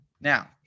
Now